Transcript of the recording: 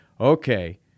okay